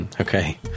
okay